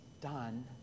done